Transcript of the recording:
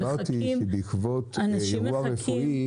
אמרתי שבעקבות אירוע רפואי,